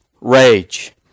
rage